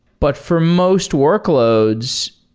but for most workloads,